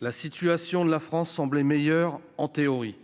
la situation de la France semblait meilleur en théorie,